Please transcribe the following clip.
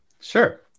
Sure